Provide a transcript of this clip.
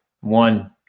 one